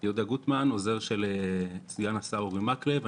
שמי יהודה גוטמן, עוזר של סגן השרה אורי מקלב.